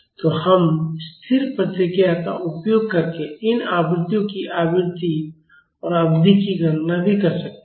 तो हम स्थिर प्रतिक्रिया का उपयोग करके इन आवृत्तियों की आवृत्ति और अवधि की गणना भी कर सकते हैं